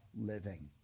living